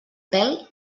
pèl